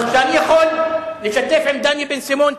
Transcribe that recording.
אני יכול לשתף פעולה עם דני בן-סימון,